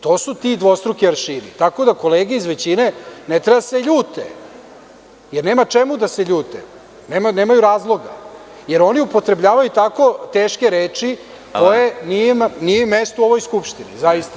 To su ti dvostruki aršini, tako da kolege iz većine ne treba da se ljute, jer nema čemu da seljute, nemaju razloga, jer oni upotrebljavaju tako teške reči kojima nije mesto u ovoj skupštini, zaista.